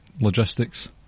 logistics